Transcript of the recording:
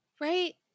Right